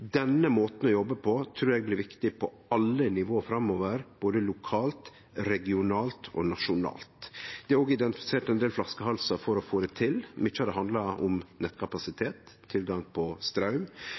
Denne måten å jobbe på trur eg blir viktig på alle nivå framover, både lokalt, regionalt og nasjonalt. Det er òg identifisert ein del flaskehalsar for å få det til. Mykje av det handlar om